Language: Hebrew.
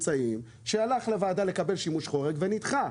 שנמצאים, שהלך לוועדה לקבל שימוש חורג, ונדחה.